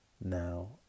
Now